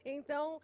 Então